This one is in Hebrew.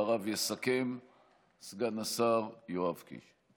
ואחריו יסכם סגן השר יואב קיש.